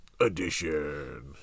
edition